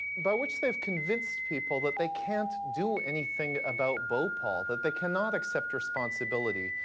by which they've convinced people that they can't do anything about bhopal, that they cannot accept responsibility.